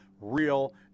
real